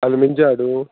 आलुमिनचें हाडूं